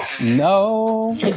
No